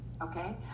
okay